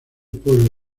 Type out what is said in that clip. pueblo